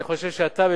אני חושב שאתה,